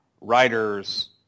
writers